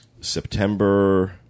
September